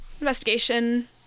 investigation